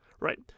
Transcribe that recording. Right